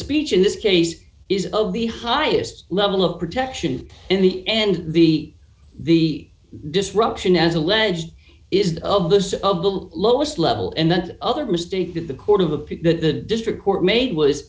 speech in this case is of the highest level of protection in the end the the disruption as alleged is that of this of the lowest level and that other mistake that the court of appeal the district court made was